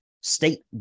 state